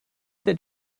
that